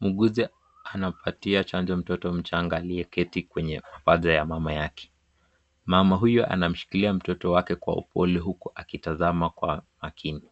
Muuguzi anampatia chanjo mtoto mchanga aliyeketi kwenye mapaja ya mama yake. Mama huyu anamshikilia mtoto wake kwa upole huku akitazama kwa makini